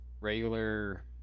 regular